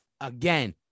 again